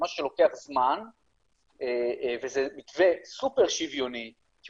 זה משהו שלוקח זמן וזה מתווה סופר שוויוני שהוא